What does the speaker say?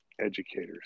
educators